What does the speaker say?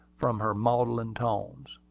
from her maudlin tones.